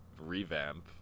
Revamp